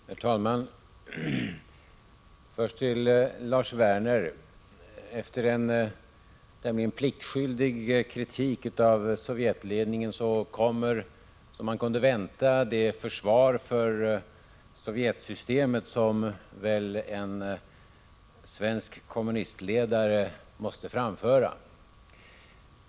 Herr talman! Först till Lars Werner: Efter en tämligen pliktskyldig kritik av Sovjetledningen kommer, som man kunde vänta, det försvar för Sovjetsystemet som väl en svensk kommunistledare måste framföra.